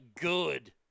good